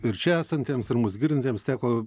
ir čia esantiems ir mus girdintiems teko